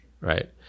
right